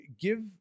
give